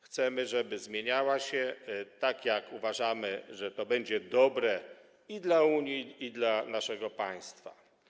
Chcemy, żeby zmieniała się tak, jak uważamy, że to będzie dobre i dla Unii, i dla naszego państwa.